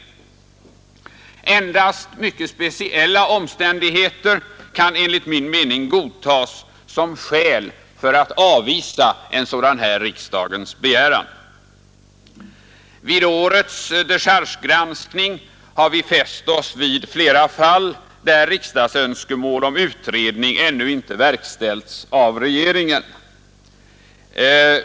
Endast mycket speciella omständigheter kan enligt min mening godtas som skäl för att avvisa en sådan riksdagens begäran. Vid årets dechargegranskning har vi fäst oss vid flera fall, där riksdagens önskemål om utredning ännu inte har verkställts av regeringen.